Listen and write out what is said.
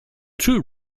two